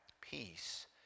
peace